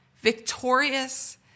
victorious